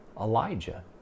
Elijah